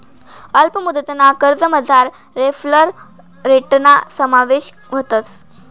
अल्प मुदतना कर्जमझार रेफरल रेटना समावेश व्हस